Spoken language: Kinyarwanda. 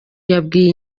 yabwiye